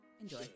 Enjoy